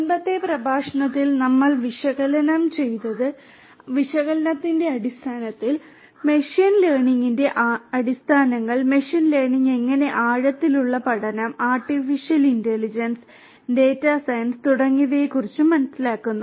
മുമ്പത്തെ പ്രഭാഷണത്തിൽ ഞങ്ങൾ വിശകലനം വിശകലനത്തിന്റെ അടിസ്ഥാനങ്ങൾ മെഷീൻ ലേണിംഗിന്റെ അടിസ്ഥാനങ്ങൾ മെഷീൻ ലേണിംഗ് എങ്ങനെ ആഴത്തിലുള്ള പഠനം ആർട്ടിഫിഷ്യൽ ഇന്റലിജൻസ് ഡാറ്റ സയൻസ് തുടങ്ങിയവയെക്കുറിച്ച് മനസ്സിലാക്കുന്നു